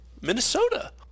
Minnesota